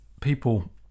people